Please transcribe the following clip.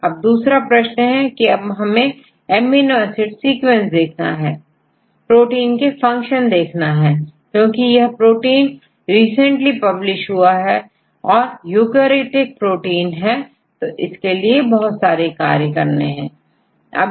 अब दूसरा प्रश्न है अब हमें अमीनो एसिड सीक्वेंस देखना है प्रोटीन के फंक्शन देखना है प्रोटीन के फंक्शन देखना है क्योंकि यदि यह प्रोटीन रिसेंटली पब्लिश हुआ है और यूकेरियोटिक प्रोटीन है तो इसके बहुत सारे कार्य होंगे